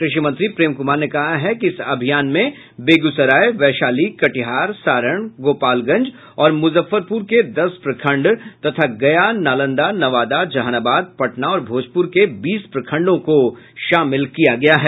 कृषि मंत्री प्रेम कुमार ने कहा है कि इस अभियान में बेगूसराय वैशाली कटिहार सारण गोपालगंज और मुजफ्फरपुर के दस प्रखंड तथा गया नालंदा नवादा जहानाबाद पटना और भोजपुर के बीस प्रखंडों को शामिल किया गया है